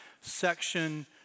section